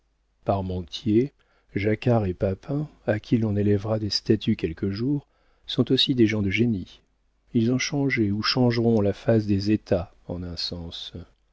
parmentier jacquart et papin à qui l'on élèvera des statues quelque jour sont aussi des gens de génie ils ont changé ou changeront la face des états en